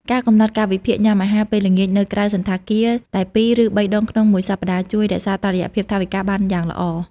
ការកំណត់កាលវិភាគញ៉ាំអាហារពេលល្ងាចនៅក្រៅសណ្ឋាគារតែពីរ ឬបីដងក្នុងមួយសប្តាហ៍ ជួយរក្សាតុល្យភាពថវិកាបានយ៉ាងល្អ។